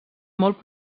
molt